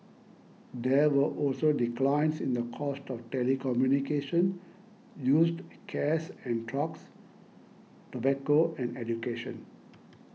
there were also declines in the cost of telecommunication used cares and trucks tobacco and education